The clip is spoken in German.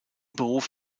beruf